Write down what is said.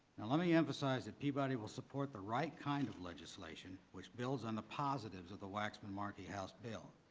now let me emphasize peabody will support the right kind of legislation which builds on the positives of the waxman-markey house bill.